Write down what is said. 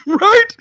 Right